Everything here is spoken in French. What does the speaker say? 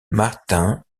martin